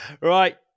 Right